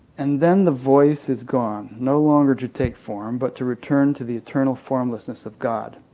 and then the voice is gone, no longer to take form but to return to the eternal formlessness of god.